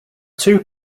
two